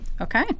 Okay